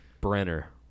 Brenner